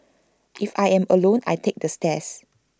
if I am alone I take the stairs